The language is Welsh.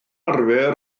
arfer